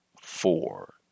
four